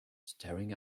staring